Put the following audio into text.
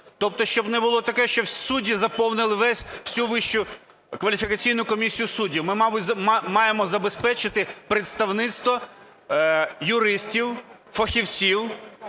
Тобто щоб не було такого, що судді заповнили всю Вищу кваліфікаційну комісію суддів. Ми, мабуть, маємо забезпечити представництво юристів, фахівців